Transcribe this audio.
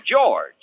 George